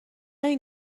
این